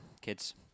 kids